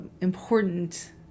important